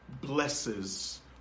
blesses